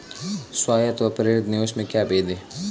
स्वायत्त व प्रेरित निवेश में क्या भेद है?